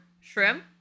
shrimp